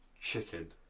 chicken